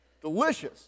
Delicious